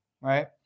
Right